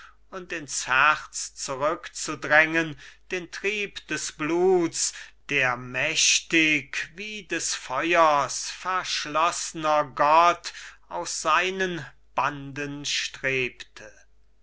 und ins herz zurückzudrängen den trieb des bluts der mächtig wie des feuers verschloßner gott aus seinen banden strebte